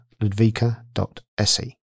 ludvika.se